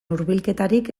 hurbilketarik